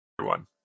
one